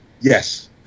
Yes